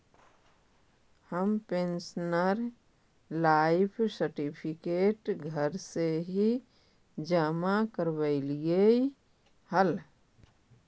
हम pensioner life certificate घर से ही जमा करवइलिअइ हल